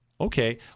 Okay